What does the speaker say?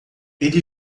ele